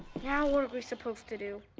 now what are we supposed to do?